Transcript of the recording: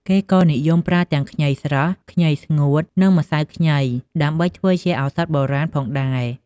គេក៏និយមប្រើទាំងខ្ញីស្រស់ ខ្ញីស្ងួត និងម្សៅខ្ញីដើម្បីធ្វើជាឱសថបុរាណផងដែរ។